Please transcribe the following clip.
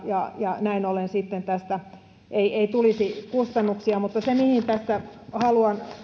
ja ja näin ollen sitten tästä ei ei tulisi kustannuksia mutta se mihin tässä haluan